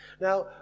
Now